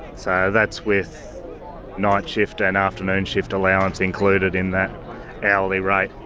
so that's with night shift and afternoon shift allowance included in that hourly rate.